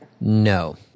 No